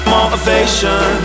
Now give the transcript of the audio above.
Motivation